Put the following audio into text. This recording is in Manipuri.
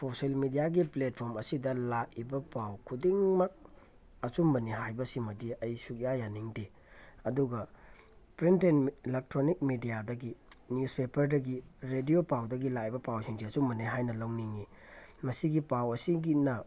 ꯁꯣꯁꯤꯌꯦꯜ ꯃꯦꯗꯤꯌꯥꯒꯤ ꯄ꯭ꯂꯦꯠꯐꯣꯝ ꯑꯁꯤꯗ ꯂꯥꯛꯏꯕ ꯄꯥꯎ ꯈꯨꯗꯤꯡꯃꯛ ꯑꯆꯨꯝꯕꯅꯤ ꯍꯥꯏꯕꯁꯤꯃꯗꯤ ꯑꯩ ꯁꯨꯛꯌꯥ ꯌꯥꯅꯤꯡꯗꯦ ꯑꯗꯨꯒ ꯄ꯭ꯔꯤꯟ ꯑꯦꯟ ꯑꯦꯂꯦꯛꯇ꯭ꯔꯣꯅꯤꯛ ꯃꯦꯗꯤꯌꯥꯗꯒꯤ ꯅ꯭ꯌꯨꯖꯄꯦꯄꯔꯗꯒꯤ ꯔꯦꯗꯤꯑꯣ ꯄꯥꯎꯗꯒꯤ ꯂꯥꯛꯏꯕ ꯄꯥꯎꯁꯤꯡꯁꯦ ꯑꯆꯨꯝꯕꯅꯤ ꯍꯥꯏꯅ ꯂꯧꯅꯤꯡꯉꯤ ꯃꯁꯤꯒꯤ ꯄꯥꯎ ꯑꯁꯤꯒꯤꯅ